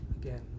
again